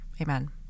Amen